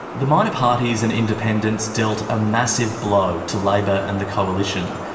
the minor parties and independents dealt a massive blow to labor and the coalition,